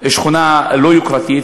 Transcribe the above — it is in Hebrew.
שכונה לא יוקרתית,